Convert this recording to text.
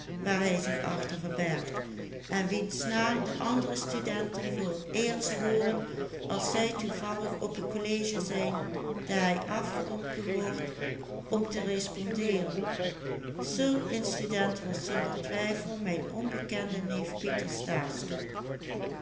de andere studenten voor t eerst hooren als zij toevallig op t college zijn daar hij afgeroepen wordt om te respondeeren zulk een student was zonder twijfel mijn onbekende neef pieter stastok